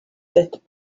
that